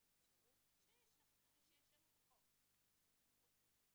--- שישנו את החוק אם הם רוצים.